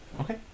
Okay